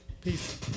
Peace